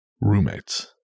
Roommates